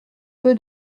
peu